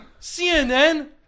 CNN